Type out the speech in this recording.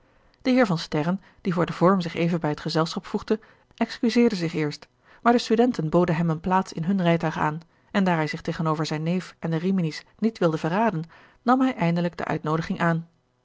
de heer van sterren die voor den vorm zich even bij het gezelschap voegde excuseerde zich eerst maar de studenten boden hem een plaats in hun rijtuig aan en daar hij zich tegenover zijn neef en de rimini's niet wilde verraden nam hij eindelijk de uitnoodiging aan